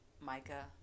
Micah